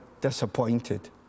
disappointed